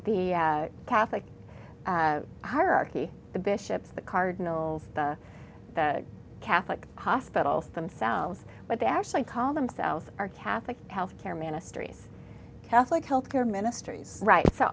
the catholic hierarchy the bishops the cardinals the catholic hospitals themselves but they actually call themselves our catholic health care ministries catholic health care ministries right so